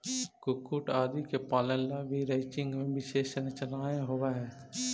कुक्कुट आदि के पालन ला भी रैंचिंग में विशेष संरचनाएं होवअ हई